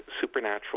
supernatural